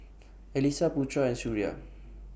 Alyssa Putra and Suria